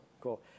cool